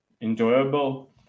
enjoyable